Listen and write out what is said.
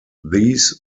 these